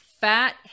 Fat